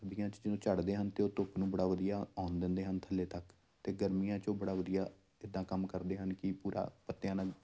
ਸਰਦੀਆਂ 'ਚ ਜਿਉਂ ਝੜਦੇ ਹਨ ਅਤੇ ਉਹ ਧੁੱਪ ਨੂੰ ਬੜਾ ਵਧੀਆ ਆਉਣ ਦਿੰਦੇ ਹਨ ਥੱਲੇ ਤੱਕ ਅਤੇ ਗਰਮੀਆਂ 'ਚ ਉਹ ਬੜਾ ਵਧੀਆ ਇੱਦਾਂ ਕੰਮ ਕਰਦੇ ਹਨ ਕਿ ਪੂਰਾ ਪੱਤਿਆਂ ਨਾਲ